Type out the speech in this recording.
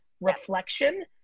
reflection